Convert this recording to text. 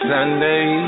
Sunday